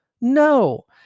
no